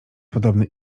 podobny